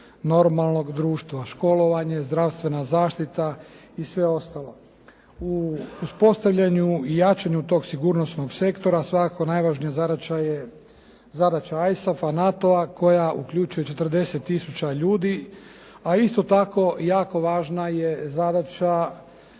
normalnog društva školovanje, zdravstvena zaštita i sve ostalo. U uspostavljanju i jačanju tog sigurnosnog sektora, svakako najvažnija zadaća je zadaća ISAF-a NATO-a koja uključuje 40 tisuća ljudi, a isto tako jako važna je zadaća